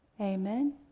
amen